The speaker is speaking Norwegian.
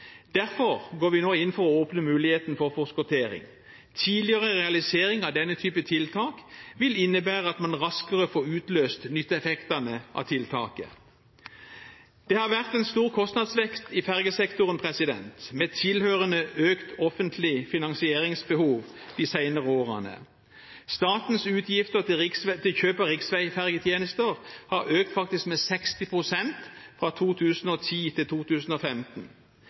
Derfor går vi nå inn for å åpne for forskottering. Tidligere realisering av denne typen tiltak vil innebære at man raskere får utløst nytteeffektene av tiltaket. Det har vært en stor kostnadsvekst i fergesektoren, med tilhørende økt offentlig finansieringsbehov de senere årene. Statens utgifter til kjøp av riksveifergetjenester har faktisk økt med 60 pst. fra 2010 til 2015.